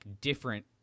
different